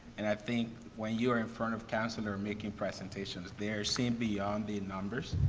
and i think when you're in front of councilor making presentations, they're seeing beyond the numbers.